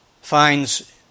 Finds